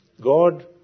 God